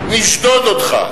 נשדוד אותך.